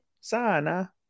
Sana